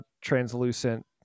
translucent